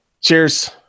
Cheers